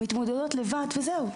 הם מתמודדים לבד, וזהו.